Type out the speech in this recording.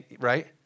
right